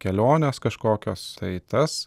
kelionės kažkokios tai tas